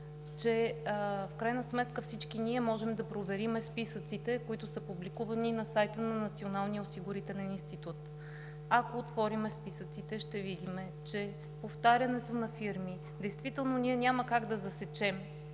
че в крайна сметка всички ние можем да проверим списъците, които са публикувани на сайта на Националния осигурителен институт. Ако отворим списъците, ще видим, че повтарянето на фирми – действително ние няма как да засечем